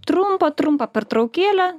trumpą trumpą pertraukėlę